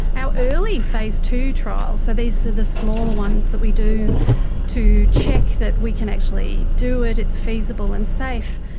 our early phase two trials, so these are the smaller ones that we do to check that we can actually do it, it's feasible and safe,